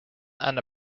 and